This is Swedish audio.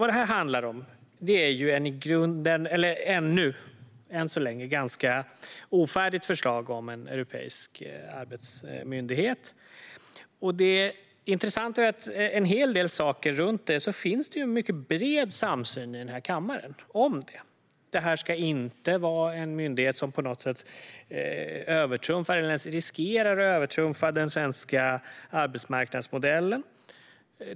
Det handlar om ett än så länge ganska ofärdigt förslag om en europeisk arbetsmyndighet, och i mycket av detta finns det en bred samsyn i kammaren. Det ska inte vara en myndighet som ens riskerar att övertrumfa den svenska arbetsmarknadsmodellen.